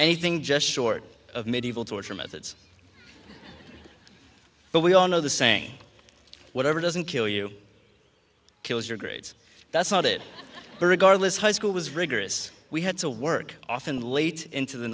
anything just short of medieval torture methods but we all know the saying whatever doesn't kill you kills your grades that's not it regardless high school was rigorous we had to work often late into the